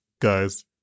Guys